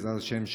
בעזרת השם,